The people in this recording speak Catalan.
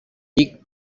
dic